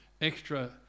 extra